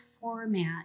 format